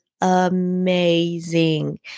amazing